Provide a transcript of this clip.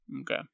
okay